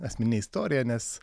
asmeninė istorija nes